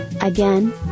Again